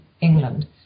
England